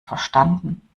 verstanden